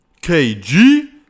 kg